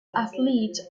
athletes